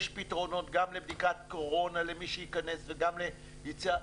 יש פתרונות גם לבדיקת קורונה למי שייכנס וגם ליציאה.